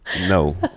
No